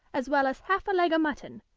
as well as half a leg o' mutton,